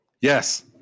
Yes